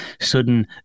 sudden